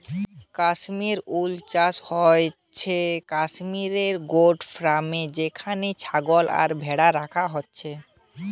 Kashmir wool চাষ হচ্ছে Kashmir goat ফার্মে যেখানে ছাগল আর ভ্যাড়া রাখা হইছে